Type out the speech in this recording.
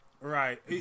Right